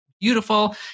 beautiful